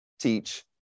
teach